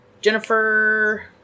Jennifer